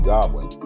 Goblin